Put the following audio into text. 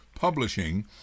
Publishing